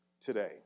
today